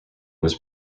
was